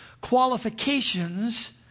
qualifications